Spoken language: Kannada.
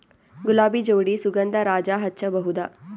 ಗುಲಾಬಿ ಜೋಡಿ ಸುಗಂಧರಾಜ ಹಚ್ಬಬಹುದ?